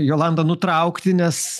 jolanta nutraukti nes